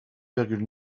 virgule